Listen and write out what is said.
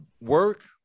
work